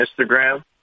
Instagram